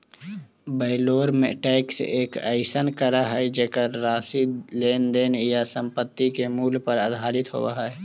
valorem tax एक अइसन कर हइ जेकर राशि लेन देन या संपत्ति के मूल्य पर आधारित होव हइ